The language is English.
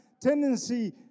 tendency